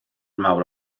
mawr